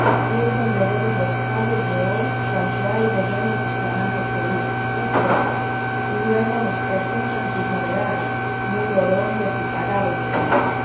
es donde beben los sabios de hoy cuanto hay de bueno en sus flamantes teorías que es poco y luego nos presentan sus novedades muy orondos y pagados de sí